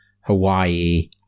hawaii